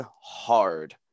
hard